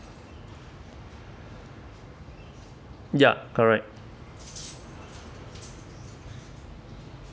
ya correct